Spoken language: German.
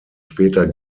später